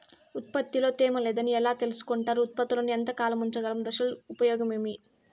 ఉత్పత్తి లో తేమ లేదని ఎలా తెలుసుకొంటారు ఉత్పత్తులను ఎంత కాలము ఉంచగలము దశలు ఉపయోగం ఏమి?